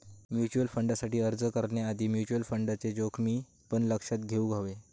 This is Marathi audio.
म्युचल फंडसाठी अर्ज करण्याआधी म्युचल फंडचे जोखमी पण लक्षात घेउक हवे